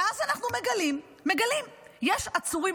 ואז אנחנו מגלים שיש עצורים.